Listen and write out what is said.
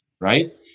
right